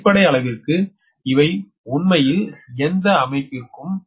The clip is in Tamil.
அடிப்படை அளவிற்கு இவை உண்மையில் எந்த அமைப்பிற்கும்